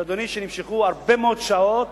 אדוני, שנמשכו הרבה מאוד שעות,